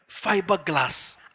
fiberglass